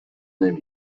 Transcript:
نمیره